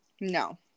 No